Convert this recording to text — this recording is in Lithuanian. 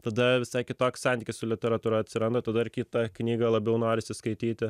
tada visai kitoks santykis su literatūra atsiranda tada ir kitą knygą labiau norisi skaityti